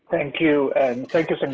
thank you and thank you and